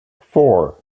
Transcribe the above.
four